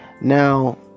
Now